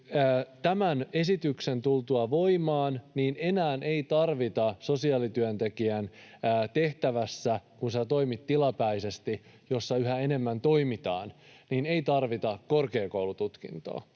tämän esityksen tultua voimaan enää ei tarvita sosiaalityöntekijän tehtävässä — kun siinä toimit tilapäisesti, kuten yhä enemmän toimitaan — korkeakoulututkintoa,